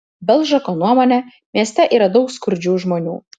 belžako nuomone mieste yra daug skurdžių žmonių